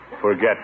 Forget